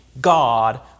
God